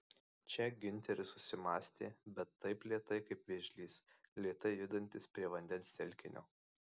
čia giunteris susimąstė bet taip lėtai kaip vėžlys lėtai judantis prie vandens telkinio